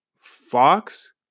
Fox